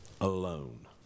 alone